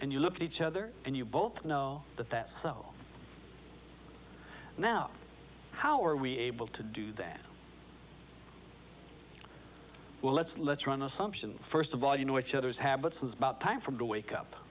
and you look at each other and you both know that that's so now how are we able to do that well let's let's run assumption first of all you know each other's habits is about time for me to wake up